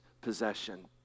possession